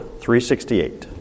368